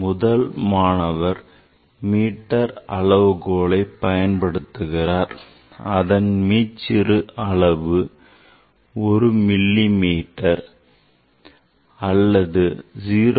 முதல் மாணவர் மீட்டர் அளவுகோலை பயன்படுத்துகிறார் அதன் மீச்சிறு அளவு 1 மில்லி மீட்டர் அல்லது 0